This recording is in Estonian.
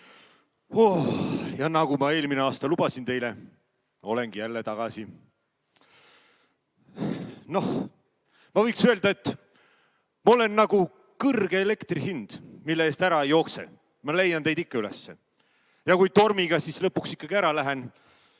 Nagu ma eelmine aasta teile lubasin, olengi jälle tagasi. Noh, ma võiks öelda, et ma olen nagu kõrge elektrihind, mille eest ära ei jookse. Ma leian teid ikka üles! Ja kui tormiga lõpuks ära lähen,